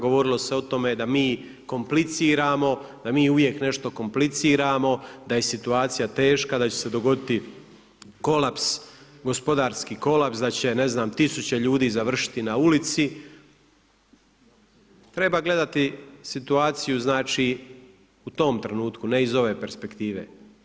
Govorilo se o tome da mi kompliciramo, da mi uvijek nešto kompliciramo, da je situacija teška, da će se dogoditi kolaps gospodarski kolaps, da će, ne znam, 1000 ljudi završiti na ulici, treba gledati situaciju u tom trenutku, ne iz ove perspektive.